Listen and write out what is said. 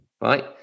Right